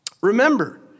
Remember